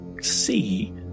see